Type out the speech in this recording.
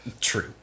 True